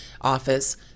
office